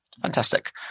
Fantastic